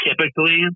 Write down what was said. typically